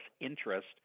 interest